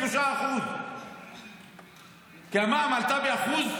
3%. כשהמע"מ עלה ב-1%,